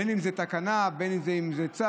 בין אם זה תקנה, בין אם זה צו,